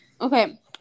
okay